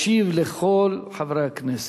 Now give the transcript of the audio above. ישיב לכל חברי הכנסת.